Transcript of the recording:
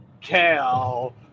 Cal